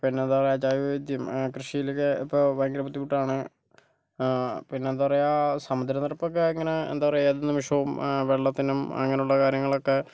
പിന്നെ കൃഷിയിലോക്കെ ഭയങ്കര ബുദ്ധിമുട്ടാണ് പിന്നെ എന്താ പറയുക സമുദ്രനിരപ്പ് ഒക്കെ ഇങ്ങനെ എന്താ പറയുക ഏത് നിമിഷവും വെള്ളത്തിനും അങ്ങനെയുള്ള കാര്യങ്ങൾക്കൊക്കെ